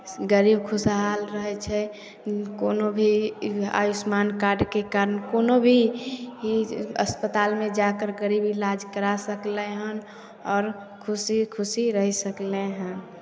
गरीब खुशहाल रहै छै कोनो भी आयुष्मान कार्डके कारण कोनो भी ई जे अस्पतालमे जा करि कऽ गरीब इलाज करा सकलै हन आओर खुशी खुशी रहि सकलै हन